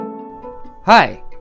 Hi